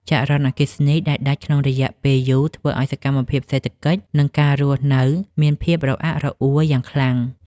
ចរន្តអគ្គិសនីដែលដាច់ក្នុងរយៈពេលយូរធ្វើឱ្យសកម្មភាពសេដ្ឋកិច្ច និងការរស់នៅមានភាពរអាក់រអួលយ៉ាងខ្លាំង។